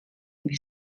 wie